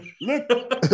Look